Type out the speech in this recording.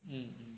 mm